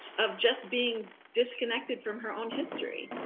of just being disconnected from her own history.